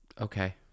Okay